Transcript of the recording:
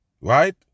Right